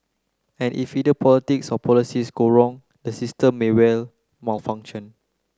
and if either politics or policies go wrong the system may well malfunction